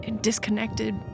disconnected